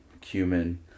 cumin